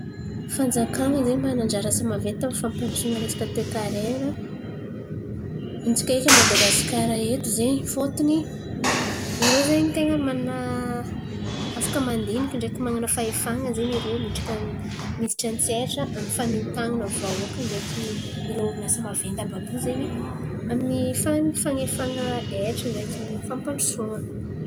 Fanjakan̈a zen̈y manana anjara asa maventy amin'ny fampandrosoan̈a resaka toe-karena intsaka eky a Madagasikara eto zen̈y fôtony irô zen̈y ten̈a mana afaka mandiniky ndreky man̈ana fahefana zen̈y irô midriky mihiditra an-tsehatra amy fan̈entan̈ana vahoaka ndreky irô orinasa maventy àby àby io zen̈y amin'ny fan̈- fan̈efan̈a hetra ndreky fampandrosoan̈a.